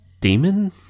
demon